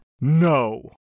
No